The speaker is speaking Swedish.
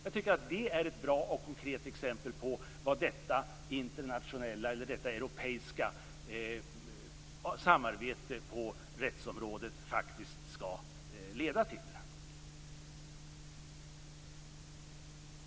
Jag tycker att det är ett bra och konkret exempel på vad detta europeiska samarbete på rättsområdet skall leda till.